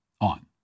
on